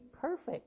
perfect